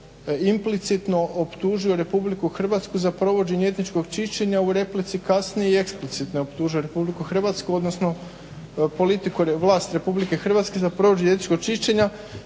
implicitno optužio RH za provođenje etičkog čišćenja u replici kasnije i eksplicitno je optužio RH odnosno politiku, vlast RH za provođene etičkog čišćenja.